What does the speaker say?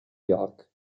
york